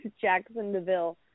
Jacksonville